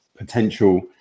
potential